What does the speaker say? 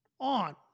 on